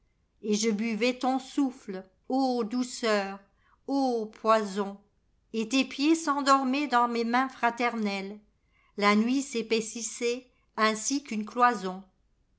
et je buvais ton souffle ô douceur ô poison et tes pieds s'endormaient dans mes mains fraternelles la nuit s'épaississait ainsi qu'une cloison